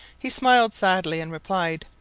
he smiled sadly, and replied,